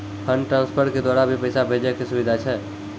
Fund transfer के द्वारा भी पैसा भेजै के सुविधा छै?